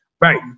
Right